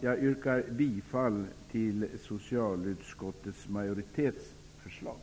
Jag yrkar bifall till socialutskottets majoritetsförslag.